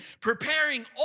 preparing